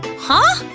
huh?